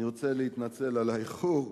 אני רוצה להתנצל על האיחור,